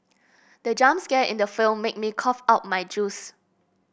the jump scare in the film made me cough out my juice